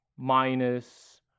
minus